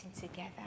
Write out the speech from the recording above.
together